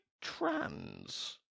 trans